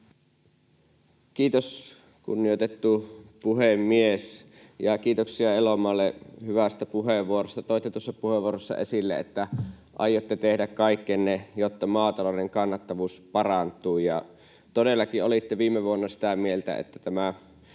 Kiitos, kunnioitettu puhemies! Ja kiitoksia edustaja Elomaalle hyvästä puheenvuorosta. Toitte tuossa puheenvuorossa esille, että aiotte tehdä kaikkenne, jotta maatalouden kannattavuus parantuu. Todellakin olitte viime vuonna sitä mieltä, että